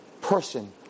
person